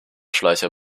schleicher